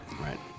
Right